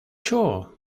sure